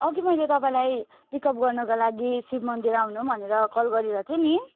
अघि मैले तपाईँलाई पिकअप गर्नको लागि शिवमन्दिर आउनु भनेर कल गरिरहे थिएँ नि